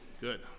Good